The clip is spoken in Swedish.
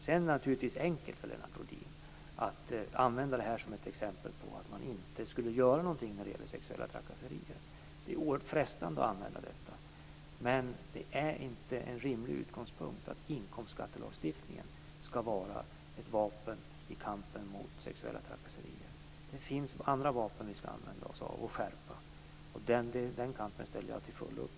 Det är naturligtvis enkelt för Lennart Rohdin att använda detta som exempel på att man inte skulle göra någonting när det gäller sexuella trakasserier. Det är oerhört frestande att använda detta. Men det är inte en rimlig utgångspunkt att inkomstskattelagstiftningen skall vara ett vapen i kampen mot sexuella trakasserier. Det finns andra vapen vi skall använda oss av och skärpa. Den kampen ställer jag till fullo upp på.